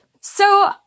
So-